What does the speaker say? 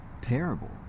terrible